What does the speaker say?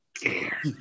care